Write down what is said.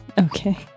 Okay